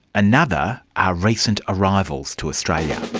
another are recent arrivals to australia.